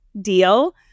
deal